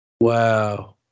Wow